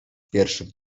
pierwszych